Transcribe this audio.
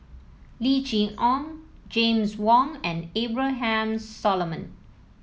Lim Chee Onn James Wong and Abraham Solomon